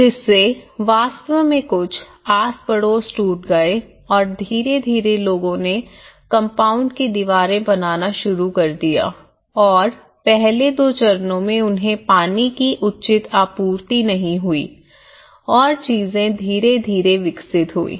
जिससे वास्तव में कुछ आस पड़ोस टूट गए और धीरे धीरे लोगों ने कंपाउंड की दीवारें बनाना शुरू किया और पहले दो चरणों में उन्हें पानी की उचित आपूर्ति नहीं हुई और चीजें धीरे धीरे विकसित हुईं